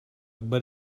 but